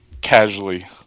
casually